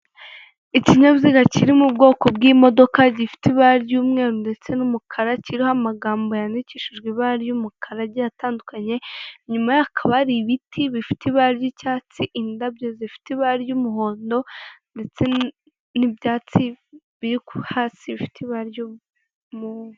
Ikinyabiziga kiri mu bwoko bw'imodoka gifite ibara ry'umweru ndetse n'umukara, kiriho amagambo yandikishijwe ibara ry'umukara agiye atandukanye. Inyuma y'aho hakaba hari ibiti bifite ibara ry'icyatsi, indabo zifite ibara ry'umuhondo ndetse n'ibyatsi biri hasi hasi bifite ibara ry'umu...